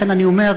לכן אני אומר,